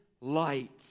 light